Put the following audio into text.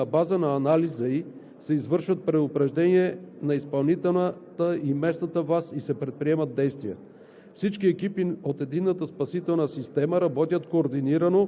Следи се за информация за метеорологичната и хидрологичната обстановка, на база на анализа ѝ се извършва предупреждение на изпълнителната и местната власт и се предприемат действия.